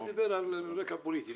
הוא דיבר על רקע פוליטי.